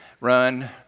Run